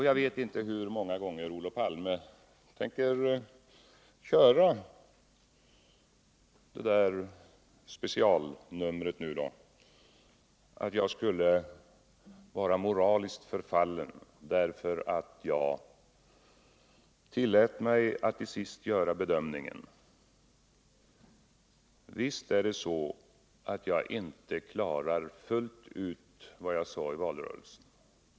Jag vet inte hur många gånger Olof Palme tänker köra specialnumret att jag skulle vara moraliskt förfallen, därför att jag till sist tillät mig göra bedömningen: Visst är det så att jag inte klarar fullt ut vad jag lovade i valrörelsen.